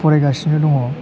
फरायगासिनो दङ